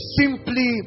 simply